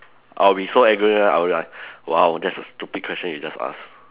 I'll be so angry lah I'll be like !wow! that's a stupid question you just ask